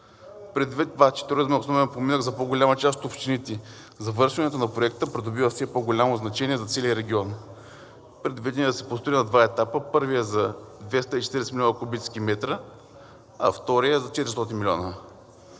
Предвид това, че туризмът е основен поминък за голяма част от общините, завършването на проекта придобива все по-голямо значение за целия регион. Предвиден е да се построи на два етапа – първият е за 240 милиона кубически метра, а вторият за 400 милиона.